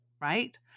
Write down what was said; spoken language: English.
right